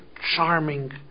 charming